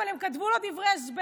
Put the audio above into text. אבל הם כבר כתבו לו דברי הסבר.